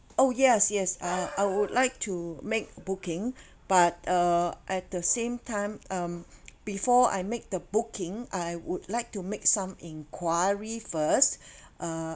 oh yes yes uh I would like to make booking but uh at the same time um before I make the booking I would like to make some inquiry first uh